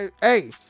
Hey